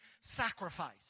sacrifice